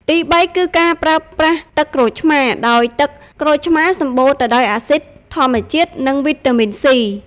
ទីបីគឺការប្រើប្រាស់ទឹកក្រូចឆ្មារ ដោយទឹកក្រូចឆ្មារសម្បូរទៅដោយអាស៊ីដធម្មជាតិ និងវីតាមីន សុី (C)។